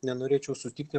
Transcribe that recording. nenorėčiau sutikti